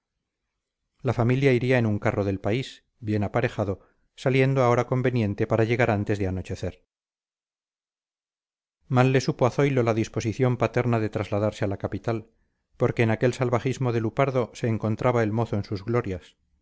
la familia iría en un carro del país bien aparejado saliendo a hora conveniente para llegar antes de anochecer mal le supo a zoilo la disposición paterna de trasladarse a la capital porque en aquel salvajismo de lupardo se encontraba el mozo en sus glorias